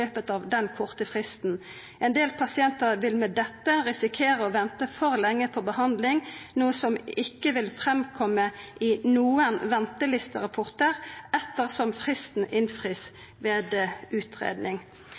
løpet av den korte fristen. En del pasienter vil med dette risikere å vente for lenge på behandling, noe som ikke vil fremkomme i noen ventelisterapporter ettersom fristen innfris ved utredning.»